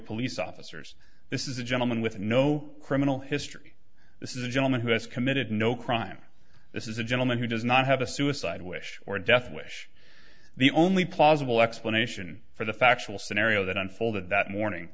police officers this is a gentleman with no criminal history this is a gentleman who has committed no crime this is a gentleman who does not have a suicide wish or death wish the only plausible explanation for the factual scenario that unfolded that morning